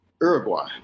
Uruguay